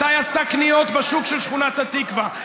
מתי עשתה קניות בשוק של שכונת התקווה?